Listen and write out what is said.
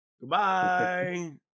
Goodbye